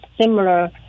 similar